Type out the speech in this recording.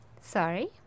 Sorry